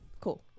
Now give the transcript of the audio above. cool